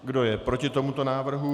Kdo je proti tomuto návrhu?